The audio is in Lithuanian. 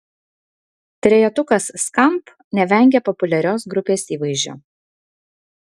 trejetukas skamp nevengia populiarios grupės įvaizdžio